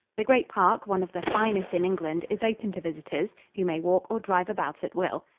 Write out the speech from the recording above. the great park, one of the finest in england, is open to visitors, who may walk or drive about at will.